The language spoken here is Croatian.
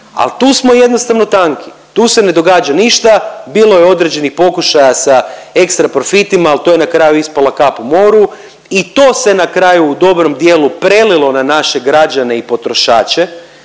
ali tu smo jednostavno tanki, tu se ne događa ništa, bilo je određenih pokušaja sa ekstra profitima, ali to je na kraju ispala kap u moru i to se na kraju u dobrom dijelu prelilo na naše građane i potrošače